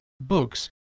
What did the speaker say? books